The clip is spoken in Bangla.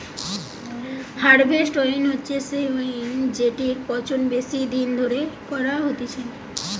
হারভেস্ট ওয়াইন হচ্ছে সেই ওয়াইন জেটির পচন বেশি দিন ধরে করা হতিছে